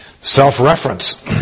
Self-reference